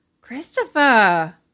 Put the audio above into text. christopher